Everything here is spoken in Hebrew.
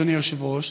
אדוני היושב-ראש,